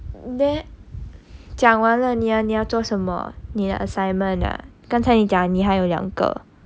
there 讲完了你要你要做什么你的 assignment 啊刚才你讲你还有两个